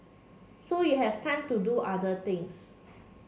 so you have time to do other things